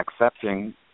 accepting